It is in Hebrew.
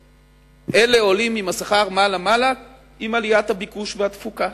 אלה עולים עם השכר מעלה מעלה עם עליית הביקוש והתפוקה.